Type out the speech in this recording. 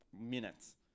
minutes